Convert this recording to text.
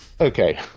Okay